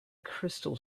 crystal